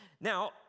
Now